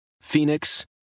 Phoenix